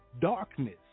darkness